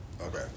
Okay